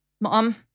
Mom